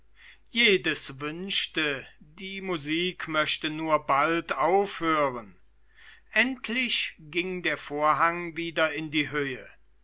jedes wünschte die musik möchte nur bald aufhören endlich ging der vorhang wieder in die höhe